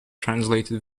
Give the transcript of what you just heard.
translated